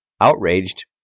Outraged